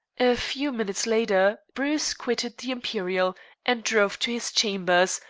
a few minutes later bruce quitted the imperial and drove to his chambers,